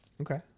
Okay